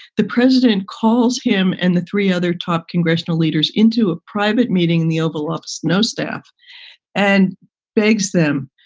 the president calls him and the three other top congressional leaders into a private meeting in the oval office. no staff and begs them.